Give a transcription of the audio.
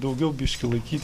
daugiau biški laikyt